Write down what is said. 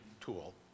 tool